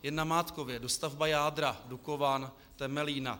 Jen namátkově dostavba jádra Dukovan, Temelína.